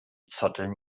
zotteln